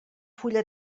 fulla